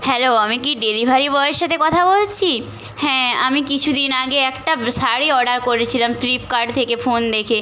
hello আমি কি delivery বয়ের সাথে কথা বলছি হ্যাঁ আমি কিছু দিন আগে একটা শাড়ি অর্ডার করেছিলাম ফ্লিপকার্ট থেকে ফোন দেখে